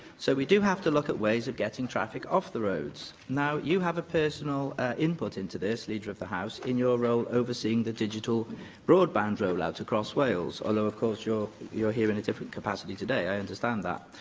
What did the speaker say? so, we do have to look at ways of getting traffic off the roads. now, you have a personal input into this, leader of the house, in your role overseeing the digital broadband roll-out across wales, although, of course, you're here in a different capacity today i understand that.